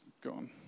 gone